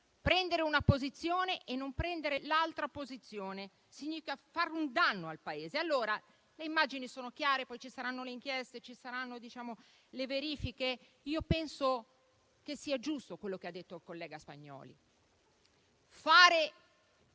Prendere una posizione e non prendere l'altra significa fare un danno al Paese. Le immagini sono chiare; poi ci saranno le inchieste e le verifiche. Ritengo giusto quello che ha detto il collega Spagnolli: fare